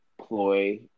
ploy